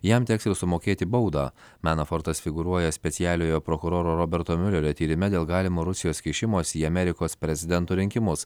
jam teks sumokėti baudą menofortas figūruoja specialiojo prokuroro roberto miulerio tyrime dėl galimo rusijos kišimosi į amerikos prezidento rinkimus